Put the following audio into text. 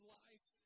life